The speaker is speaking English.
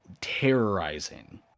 terrorizing